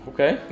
Okay